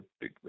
big